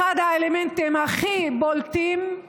אחד האלמנטים הכי בולטים הוא